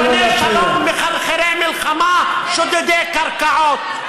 סרבני שלום, מחרחרי מלחמה, שודדי קרקעות.